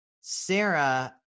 Sarah